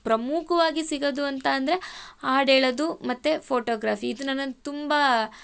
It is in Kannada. ಪ್ರಮುಖವಾಗಿ ಸಿಗೋದು ಅಂತ ಅಂದರೆ ಹಾಡು ಹೇಳೋದು ಮತ್ತು ಫೋಟೋಗ್ರಾಫಿ ಇದು ನನ್ನನ್ನು ತುಂಬ